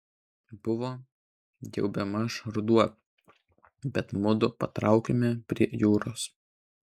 buvo jau bemaž ruduo bet mudu patraukėme prie jūros